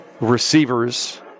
receivers